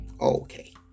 okay